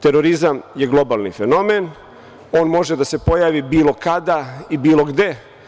Terorizam je globalni fenomen, on može da se pojavi bilo kada i bilo gde.